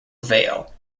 vale